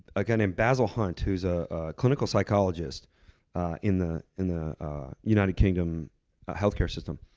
a guy named basel hunt, who's a clinical psychologist in the in the united kingdom healthcare system,